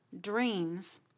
dreams